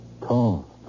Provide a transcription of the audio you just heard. Tall